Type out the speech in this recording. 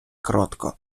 кротко